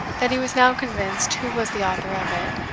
that he was now convinced who was the author of it,